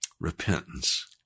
Repentance